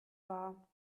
war